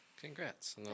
Congrats